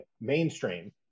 mainstream